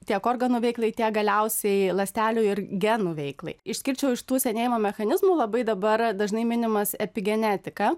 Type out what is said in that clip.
tiek organų veiklai tiek galiausiai ląstelių ir genų veiklai išskirčiau iš tų senėjimo mechanizmų labai dabar dažnai minimas epigenetika